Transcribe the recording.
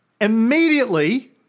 Immediately